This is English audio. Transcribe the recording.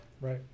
right